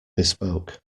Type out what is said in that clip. bespoke